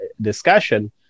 discussion